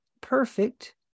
perfect